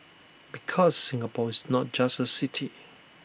because Singapore is not just A city